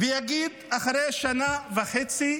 ויגיד אחרי שנה וחצי: